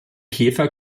käfer